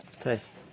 taste